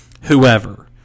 whoever